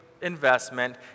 investment